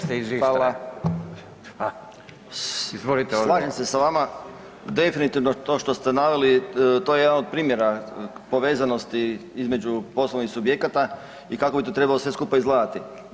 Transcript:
Slažem se sa vama, definitivno to što ste naveli to je jedan od primjera povezanosti između poslovnih subjekata i kako bi to trebalo sve skupa izgledati.